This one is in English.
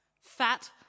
fat